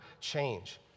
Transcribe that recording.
change